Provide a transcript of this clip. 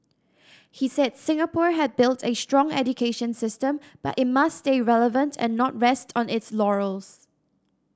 he said Singapore had built a strong education system but it must stay relevant and not rest on its laurels